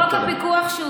חוק הפיקוח,